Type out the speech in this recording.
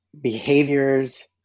behaviors